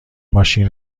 ماشین